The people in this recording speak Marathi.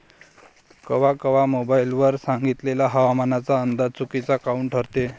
कवा कवा मोबाईल वर सांगितलेला हवामानाचा अंदाज चुकीचा काऊन ठरते?